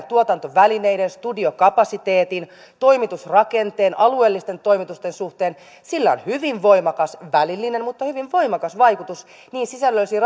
tuotantovälineiden studiokapasiteetin toimitusrakenteen alueellisten toimitusten suhteen on hyvin voimakas välillinen mutta hyvin voimakas vaikutus sisällöllisiin